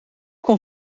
kon